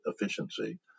efficiency